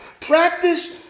practice